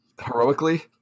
Heroically